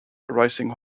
rising